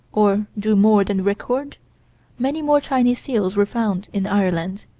or do more than record many more chinese seals were found in ireland,